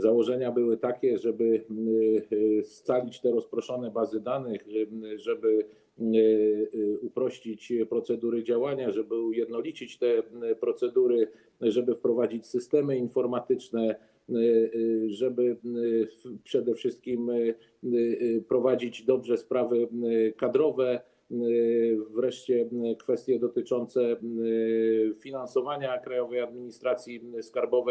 Założenia były takie, żeby scalić te rozproszone bazy danych, żeby uprościć procedury działania, żeby ujednolicić te procedury, żeby wprowadzić systemy informatyczne, żeby przede wszystkim dobrze prowadzić sprawy kadrowe, wreszcie kwestie dotyczącej finansowania Krajowej Administracji Skarbowej.